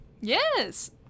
Yes